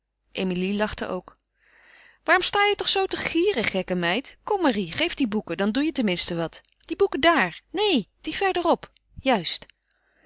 emilie lachte ook waarom sta je toch zoo te gieren gekke meid kom marie geef die boeken dan doe je tenminste wat die boeken daar neen die verder op juist